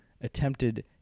attempted